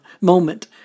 moment